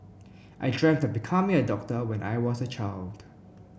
I dreamt of becoming a doctor when I was a child